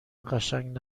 قشنگ